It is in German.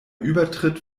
übertritt